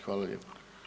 Hvala lijepo.